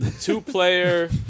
two-player